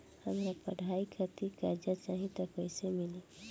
हमरा पढ़ाई खातिर कर्जा चाही त कैसे मिली?